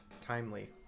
Timely